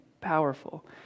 powerful